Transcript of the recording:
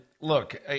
look